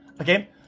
okay